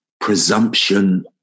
presumption